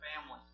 family